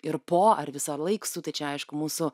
ir po ar visąlaik su tai čia aišku mūsų